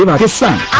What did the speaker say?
the nissan